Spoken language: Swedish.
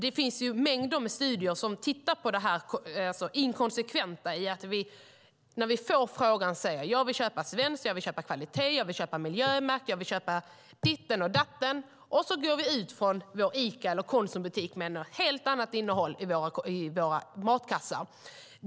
Det finns mängder med studier som tittar på det inkonsekventa i att vi, när vi får frågan, säger att vi vill köpa svenskt, vi vill köpa kvalitet, vi vill köpa miljömärkt och ditten och datten. Och så går vi ut från vår Ica eller Konsumbutik med ett helt annat innehåll i våra matkassar.